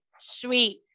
sweet